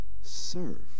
serve